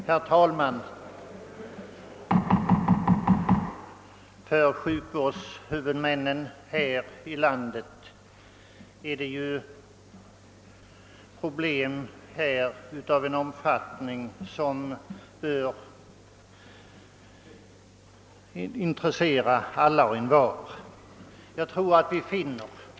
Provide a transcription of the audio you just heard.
Herr talman! Sjukvårdshuvudmännen i vårt land har stora problem som bör intressera alla och envar.